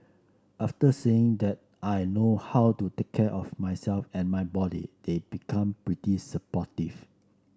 after seeing that I know how to take care of myself and my body they've become pretty supportive